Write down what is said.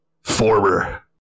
former